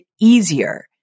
easier